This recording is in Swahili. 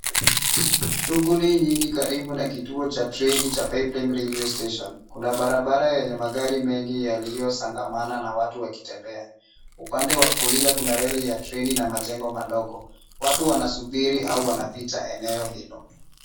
Shughuli nyingi karibu na kituo cha treni cha Pipeline railway station . Kuna barabara yenye magari mengi yaliyosangamana na watu wakitembea. Upande wa kulia kuna reli ya treni na majengo madogo. Watu wanasubiri au wanapita eneo hilo.